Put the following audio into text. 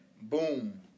boom